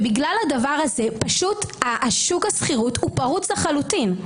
בגלל הדבר הזה שוק השכירות הוא פרוץ לחלוטין.